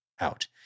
out